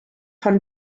von